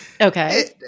Okay